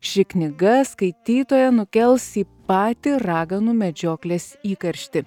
ši knyga skaitytoją nukels į patį raganų medžioklės įkarštį